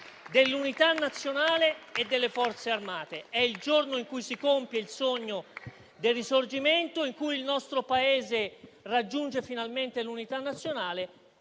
dell'Unità nazionale e delle Forze armate. È il giorno in cui si compie il sogno del Risorgimento, in cui il nostro Paese raggiunge finalmente l'unità nazionale.